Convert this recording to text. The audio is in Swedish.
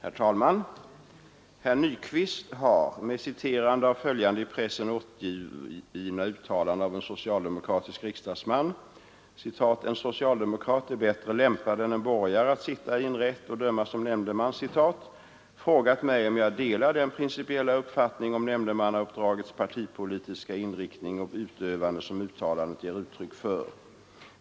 Herr talman! Herr Nyquist har — med citerande av följande i pressen återgivna uttalande av en socialdemokratisk riksdagsman: ”en socialdemokrat är bättre lämpad än en borgare att sitta i en rätt och döma som nämndeman” — frågat mig om jag delar den principiella uppfattning om nämndemannauppdragets partipolitiska inriktning och utövande som uttalandet ger uttryck för.